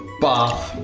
bath